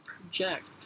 project